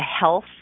health